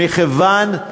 ועדה.